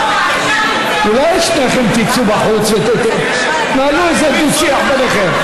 אולי שניכם תצאו החוץ ותנהלו איזה דו-שיח ביניכם?